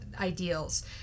ideals